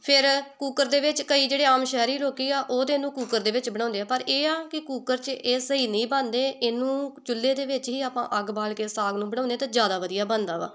ਫਿਰ ਕੂਕਰ ਦੇ ਵਿੱਚ ਕਈ ਜਿਹੜੇ ਆਮ ਸ਼ਹਿਰੀ ਲੋਕ ਆ ਉਹ ਤਾਂ ਇਹਨੂੰ ਕੂਕਰ ਦੇ ਵਿੱਚ ਬਣਾਉਂਦੇ ਆ ਪਰ ਇਹ ਆ ਕਿ ਕੂਕਰ 'ਚ ਇਹ ਸਹੀ ਨਹੀਂ ਬਣਦੇ ਇਹਨੂੰ ਚੁੱਲੇ ਦੇ ਵਿੱਚ ਹੀ ਆਪਾਂ ਅੱਗ ਬਾਲ ਕੇ ਸਾਗ ਨੂੰ ਬਣਾਉਂਦੇ ਹਾਂ ਤਾਂ ਜ਼ਿਆਦਾ ਵਧੀਆ ਬਣਦਾ ਵਾ